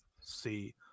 see